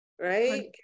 right